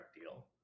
deal